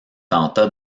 tenta